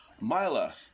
Mila